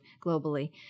globally